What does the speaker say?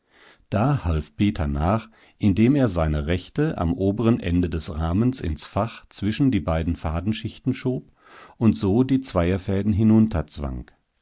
da half peter nach indem er seine rechte am oberen ende des rahmens ins fach zwischen die beiden fadenschichten schob und so die zweierfäden